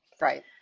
Right